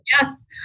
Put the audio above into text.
yes